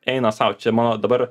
eina sau čia mano dabar